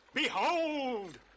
Behold